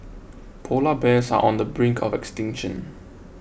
Polar Bears are on the brink of extinction